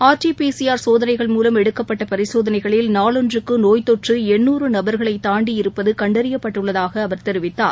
R T P C R சோதனைகள் மூலம் எடுக்கப்பட்ட பரிசோதனைகளில் நாளொன்றுக்கு நோய் தொற்று எண்னூறு நபர்களை தாண்டியிருப்பது கண்டறியப்பட்டுள்ளதாக அவர் தெரிவித்தார்